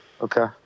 Okay